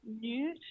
new